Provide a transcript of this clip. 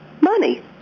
money